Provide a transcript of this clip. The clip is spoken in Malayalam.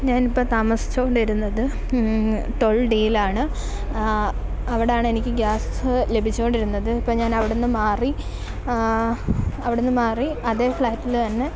ഞാൻ ഇപ്പം താമസിച്ചുകൊണ്ടിരിന്നത് ട്വൽവ് ഡി യിലാണ് അവിടെയാണ് എനിക്ക് ഗാസ്സ് ലഭിച്ചുകൊണ്ടിരിന്നത് ഇപ്പം ഞാൻ അവിടുന്ന് മാറി അവിടുന്ന് മാറി അതേ ഫ്ലാറ്റിൽ തന്നെ